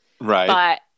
Right